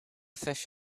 fish